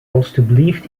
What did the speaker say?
alstublieft